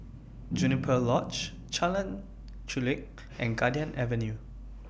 Juniper Lodge Jalan Chulek and Garden Avenue